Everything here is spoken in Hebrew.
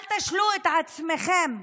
אל תשלו את עצמכם.